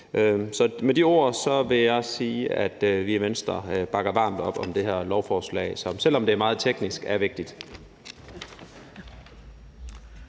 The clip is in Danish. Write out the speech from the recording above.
med de ord vil jeg sige, at vi i Venstre bakker varmt op om det her lovforslag, som, selv om det er meget teknisk, er vigtigt.